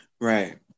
Right